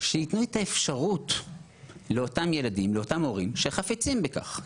שיתנו את האפשרות לאותם ילדים והורים שחפצים בכך.